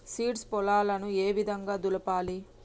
Seeds పొలాలను ఏ విధంగా దులపాలి?